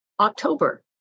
October